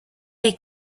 they